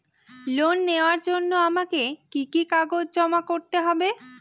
Loan নেওয়ার জন্য আমাকে কি কি কাগজ জমা করতে হবে?